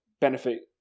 benefit